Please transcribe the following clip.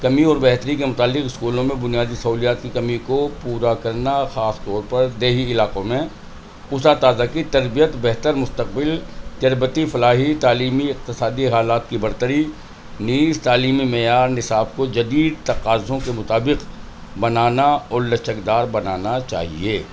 کمی اور بہتری کے متعلق اسکولوں میں بنیادی سہولیات کی کمی کو پورا کرنا خاص طور پر دیہی علاقوں میں اسا تازہ کی تربیت بہتر مستقبل تربیتی فلاحی تعلیمی اقتصادی حالات کی برتری نیز تعلیمی معیار نصاب کو جدید تقاضوں سے مطابق بنانا اور لچکدار بنانا چاہیے